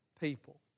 people